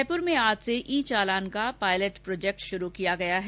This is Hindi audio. जयपुर में आज से ई चालान का पायलट प्रोजेक्ट शुरू किया गया है